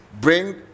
Bring